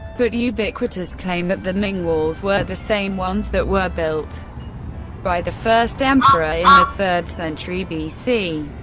but ubiquitous claim that the ming walls were the same ones that were built by the first emperor in the third century bc.